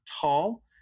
tall